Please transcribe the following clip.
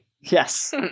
yes